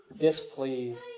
displeased